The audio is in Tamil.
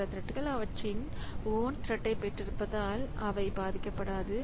மற்ற த்ரெட்கள் அவற்றின் ஓன் த்ரெட்டைப் பெற்றிருப்பதால் அவை பாதிக்கப்படாது